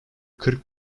kırk